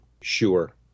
Sure